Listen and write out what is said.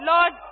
Lord